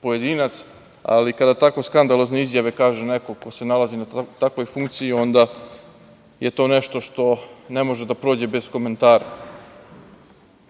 pojedinac, ali kada tako skandalozne izjave kaže neko, ko se nalazi na takvoj funkciji, onda je to nešto što ne može da prođe bez komentara.I